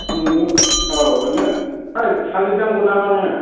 मोनगोन औ ओरैनो ओइ थालिर नांगौ नामा नो